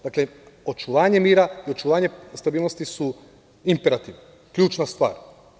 Dakle, očuvanje mira i očuvanje stabilnosti su imperativ, ključna stvar.